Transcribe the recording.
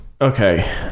okay